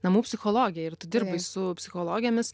namų psichologija ir tu dirbai su psichologėmis